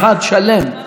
זו ממש סתימת פיות.